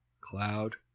Cloud